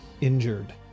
injured